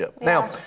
Now